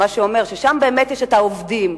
מה שאומר ששם באמת יש עובדים,